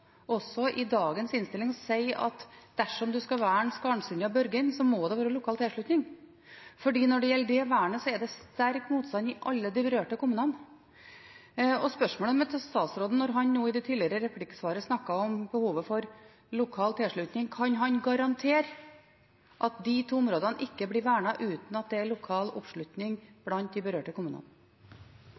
at dersom en skal verne Skarnsundet og Børgin, må det være lokal tilslutning. For når det gjelder det vernet, er det sterk motstand i alle de berørte kommunene. Spørsmålet mitt til statsråden, når han i det tidligere replikksvaret snakket om behovet for lokal tilslutning, er om han kan garantere at de to områdene ikke blir vernet uten at det er lokal oppslutning blant de berørte kommunene.